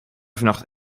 vannacht